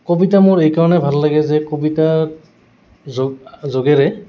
কবিতা মোৰ এইকাৰণে ভাল লাগে যে কবিতাৰ যোগেৰে